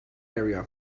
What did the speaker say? area